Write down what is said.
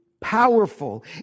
powerful